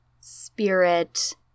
spirit